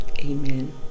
amen